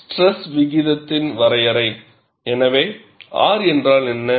stress விகிதத்தின் வரையறை எனவே R என்றால் என்ன